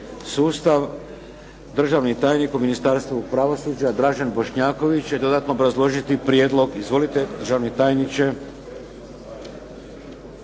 sustav. Državni tajnik u Ministarstvu pravosuđa Dražen Bošnjaković će dodatno obrazložiti prijedlog. Izvolite, državni tajniče.